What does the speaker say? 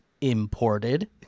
imported